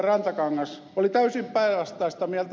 rantakangas oli täysin päinvastaista mieltä